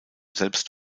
selbst